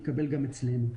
יקבל גם אצלנו.